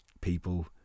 people